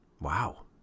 Wow